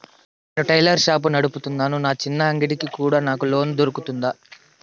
నేను tailor shop నడుపుతున్నాను, నా చిన్న అంగడి కి కూడా నాకు లోను దొరుకుతుందా?